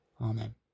Amen